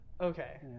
okay